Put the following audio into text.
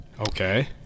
Okay